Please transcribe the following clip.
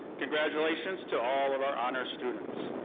congratulations to all of our honor students.